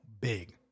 big